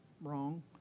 wrong